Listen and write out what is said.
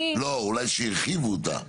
אולי שהרחיבו אותה.